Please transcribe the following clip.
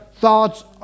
thoughts